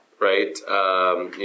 right